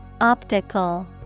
Optical